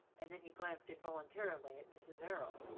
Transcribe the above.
and then he glanced involuntarily at mrs. errol.